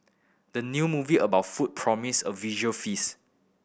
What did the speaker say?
the new movie about food promise a visual feast